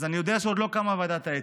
אז אני יודע שעדיין לא קמה ועדת האתיקה,